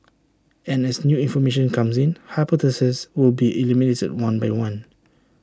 and as new information comes in hypotheses will be eliminated one by one